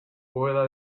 bóveda